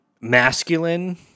masculine